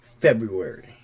February